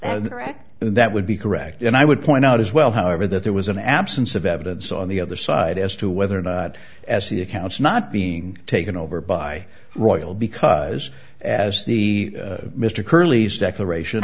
and that would be correct and i would point out as well however that there was an absence of evidence on the other side as to whether or not as the accounts not being taken over by royal because as the mr curly's declaration